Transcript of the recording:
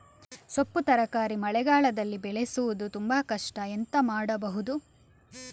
ಸೊಪ್ಪು ತರಕಾರಿ ಮಳೆಗಾಲದಲ್ಲಿ ಬೆಳೆಸುವುದು ತುಂಬಾ ಕಷ್ಟ ಎಂತ ಮಾಡಬಹುದು?